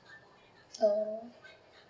oh